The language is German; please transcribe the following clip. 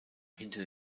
hinter